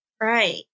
Right